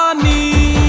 um me